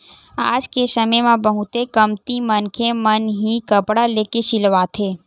आज के समे म बहुते कमती मनखे मन ही कपड़ा लेके सिलवाथे